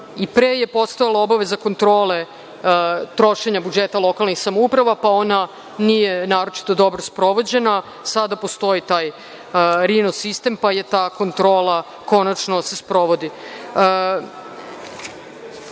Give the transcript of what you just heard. i pre je postojala obaveza kontrole trošenja budžeta lokalnih samouprava, pa ona nije naročito dobro sprovođena. Sada postoji taj rino sistem, pa se ta kontrola konačno sprovodi. Dakle,